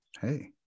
Hey